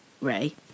Ray